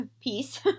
peace